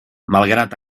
malgrat